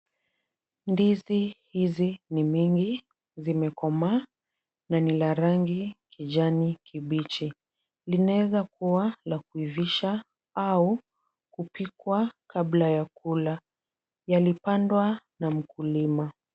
Ndizi hizi ni mingi, zimekomaa na ni la rangi kijani kibichi. Linaweza kuwa la kuivisha au kupikwa kabla ya kula. Yalipandwa na mkulima.